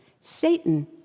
Satan